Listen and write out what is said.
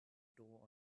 door